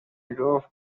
گفت